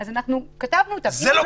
לכן כתבנו פה --- אבל זה לא